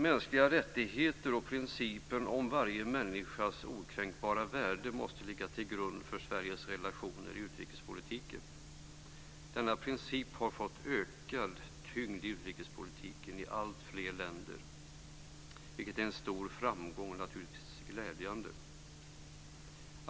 Mänskliga rättigheter och principen om varje människas okränkbara värde måste ligga till grund för Sveriges relationer i utrikespolitiken. Denna princip har fått ökad tyngd i utrikespolitiken i alltfler länder, vilket är en stor framgång och naturligtvis glädjande.